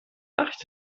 nachricht